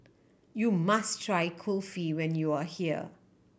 you must try Kulfi when you are here